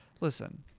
Listen